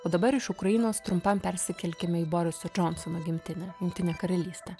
o dabar iš ukrainos trumpam persikelkime į boriso džonsono gimtinę jungtinę karalystę